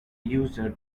user